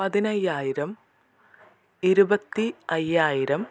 പതിനയ്യായിരം ഇരുപത്തി അയ്യായിരം